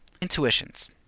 Intuitions